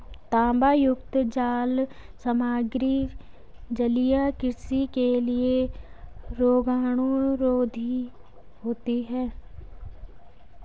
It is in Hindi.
तांबायुक्त जाल सामग्री जलीय कृषि के लिए रोगाणुरोधी होते हैं